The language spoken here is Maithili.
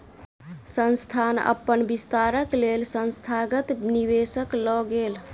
संस्थान अपन विस्तारक लेल संस्थागत निवेशक लग गेल